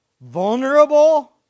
vulnerable